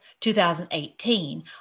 2018